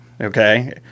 okay